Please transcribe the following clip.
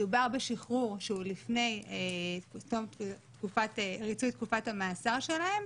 מדובר בשחרור שהוא לפני תום ריצוי תקופת המאסר שלהם,